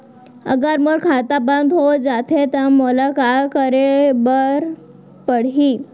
अगर मोर खाता बन्द हो जाथे त मोला का करे बार पड़हि?